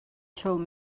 showed